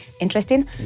interesting